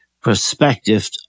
perspective